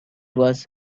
was